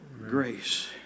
Grace